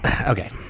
Okay